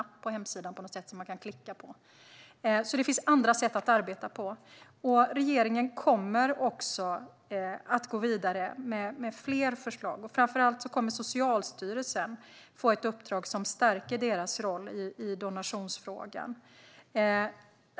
På hemsidan finns en knapp som man kan klicka på. Det finns alltså andra sätt att arbeta på. Regeringen kommer att gå vidare med fler förslag. Framför allt kommer Socialstyrelsen att få ett uppdrag som stärker deras roll i donationsfrågan.